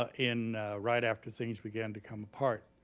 ah in right after things began to come apart.